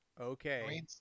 Okay